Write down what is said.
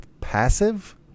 passive